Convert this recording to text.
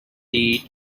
lead